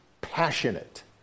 passionate